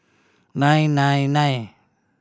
nine nine nine